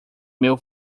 meu